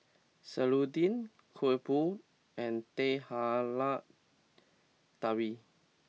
Serunding Kuih Bom and Teh Halia Tarik